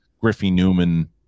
Griffey-Newman